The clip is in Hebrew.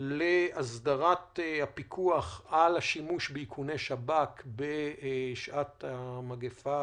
להסדרת הפיקוח על השימוש באיכוני שב"כ בשעת המגפה,